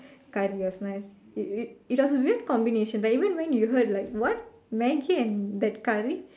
curry was nice it it it was a weird combination like even when you heard like what Maggi and that curry